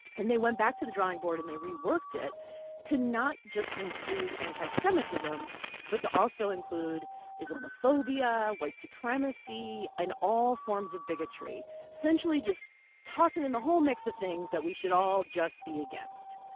and they went back to the drawing board. and they reworked it to not just include anti-semitism but to also include islamophobia, white supremacy and all forms of bigotry essentially just tossing in the whole mix of things that we should all just be against.